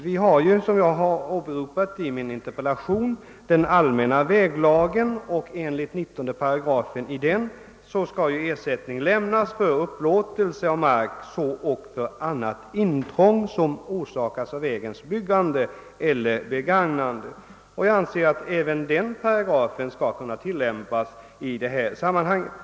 Enligt den allmänna väglagen, 19 §— som jag åberopat i min interpellation — skall ersättning lämnas för upplåtelse av mark, så ock för annat intrång som orsakats av vägs byggande eller begagnande. Jag anser att även den paragrafen skall kunna tillämpas i det här sammanhanget.